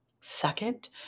second